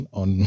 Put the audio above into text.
on